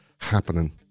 happening